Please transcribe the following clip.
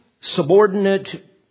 subordinate